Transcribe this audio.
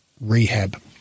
rehab